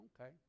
Okay